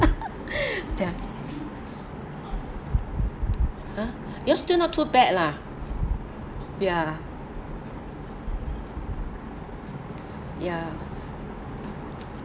ya ah yours still not too bad lah ya ya